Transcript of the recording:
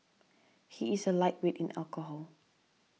he is a lightweight in alcohol